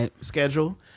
schedule